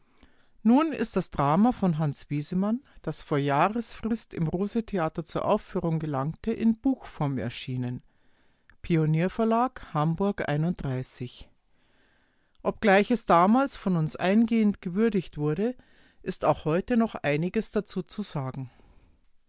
nun ist das drama von hans wesemann das vor jahresfrist im rose-theater zur aufführung gelangte in buchform erschienen pionier-verlag hamburg obgleich es damals von uns eingehend gewürdigt wurde ist auch heute noch einiges dazu zu sagen